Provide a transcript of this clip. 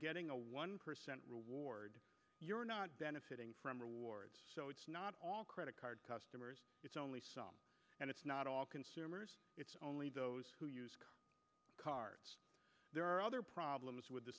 getting a one percent reward you're not benefiting from rewards so it's not credit card customers it's only and it's not all consumers it's only those who use the card there are other problems with the